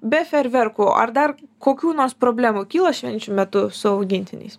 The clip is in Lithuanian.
be fejerverkų ar dar kokių nors problemų kyla švenčių metu su augintiniais